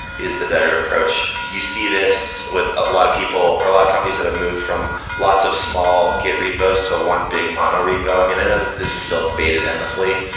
is the better approach. you see this with a lot of people, or a lot of companies that have moved from lots of small git repos to one big mono repo. i mean, i know that this is still debated endlessly.